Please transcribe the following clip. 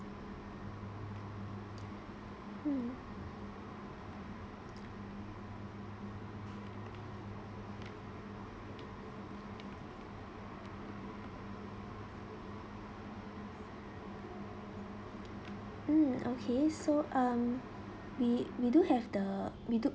mm mm okay so um we we do have the we do